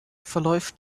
verläuft